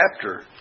chapter